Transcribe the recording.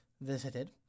visited